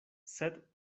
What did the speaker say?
sed